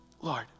Lord